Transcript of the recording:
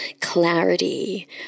clarity